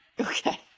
Okay